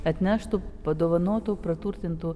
atneštų padovanotų praturtintų